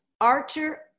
Archer